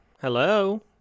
Hello